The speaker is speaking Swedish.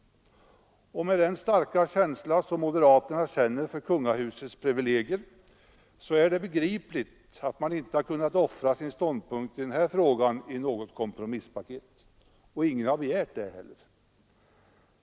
Med den starka känsla som moderaterna hyser för kungahusets privilegier är det begripligt, att man inte kunnat offra sin ståndpunkt i denna fråga i något kompromisspaket. Och ingen har begärt det heller.